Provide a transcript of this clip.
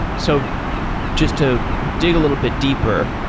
so just to dig a little bit deeper,